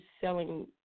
selling